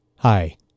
Hi